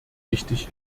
wichtig